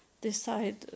decide